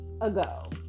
ago